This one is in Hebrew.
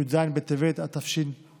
י"ז בטבת התשפ"א,